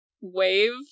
wave